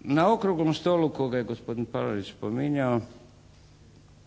Na Okruglom stolu kojeg je gospodin Palarić spominjao